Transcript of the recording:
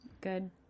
good